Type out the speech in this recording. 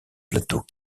plateau